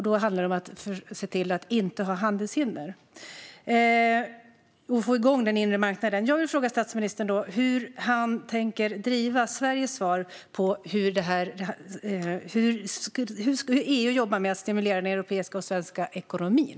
Då gäller det att se till att inte ha handelshinder och att få igång den inre marknaden. Hur tänker statsministern jobba i EU för att stimulera den europeiska och den svenska ekonomin?